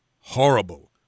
Horrible